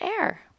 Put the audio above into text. air